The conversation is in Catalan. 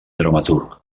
dramaturg